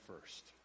first